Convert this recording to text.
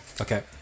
Okay